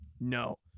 No